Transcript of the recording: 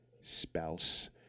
spouse